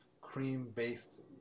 cream-based